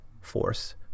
force